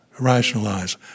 rationalize